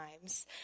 times